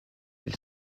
elle